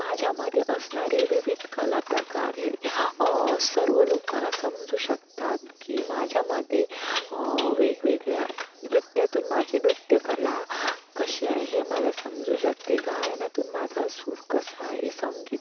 माझ्यामध्ये असणारे विविध कला प्रकार हे सर्व लोकांना समजू शकतात की माझ्यामध्ये वेगवेगळ्या नृत्यातून माझे नृत्यकला कसे आहे हे मला समजू शकते गायनातून माझा सूर कसा आहे संगीत